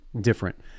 different